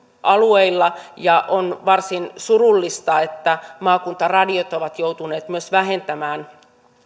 alueilla ja on varsin surullista että maakuntaradiot ovat joutuneet myös vähentämään